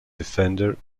defender